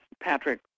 Patrick